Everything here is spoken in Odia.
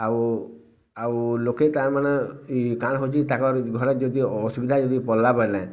ଆଉ ଆଉ ଲୋକେ ତା'ମାନେ ଇ କାଣା ହଉଚି ତାଙ୍କର୍ ଘରେ ଯଦି ଅସୁବିଧା ଯଦି ପଡ଼ିଲା ବେଲେ